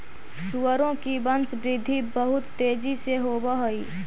सुअरों की वंशवृद्धि बहुत तेजी से होव हई